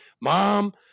mom